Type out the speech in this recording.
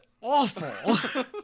awful